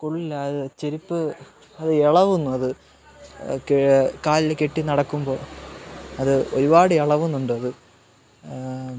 കൊള്ളില്ല അത് ചെരുപ്പ് അത് ഇളകുന്നു അത് കാലില് കെട്ടിനടക്കുമ്പോള് അത് ഒരുപാട് ഇളകുന്നുണ്ടത്